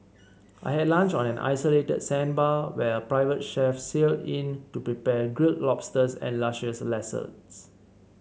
I had lunch on an isolated sandbar where a private chef sailed in to prepare grilled lobsters and luscious salads